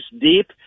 deep